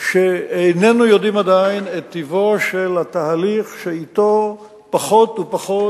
שאיננו יודעים עדיין את טיבו של התהליך שבו פחות ופחות